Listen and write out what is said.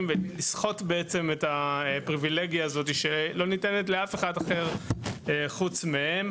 ולסחוט בעצם את הפריווילגיה הזאת שלא ניתנת לאף אחד אחר חוץ מהם,